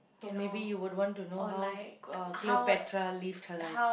so maybe you would want to know how uh Cleopatra lived her life